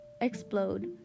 explode